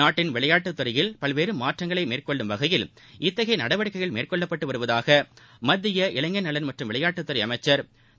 நாட்டின் விளையாட்டுத்துறையில் பல்வேறு மாற்றங்களை மேற்கொள்ளும் வகையில் இத்தகைய நடவடிக்கைகள் மேற்கொள்ளப்பட்டு வருவதாக மத்திய இளைஞர் நலன் மற்றும் விளையாட்டுத்துறை அமைச்சா் திரு